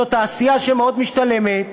זאת תעשייה שמאוד משתלמת,